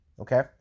okay